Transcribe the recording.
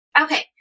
Okay